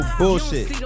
bullshit